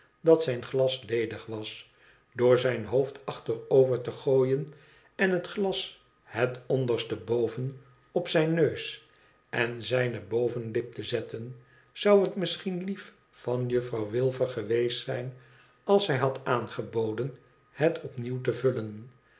dat zijn glas ledig was door zijn hoofd achterover te gooien en het glas het onderste boven op zijn neus en zijne bovenlip te zetten zou het misschien lief van juffrouw wilfer geweest zijn ab zij had aangeboden het opnieuw te vullen